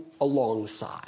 alongside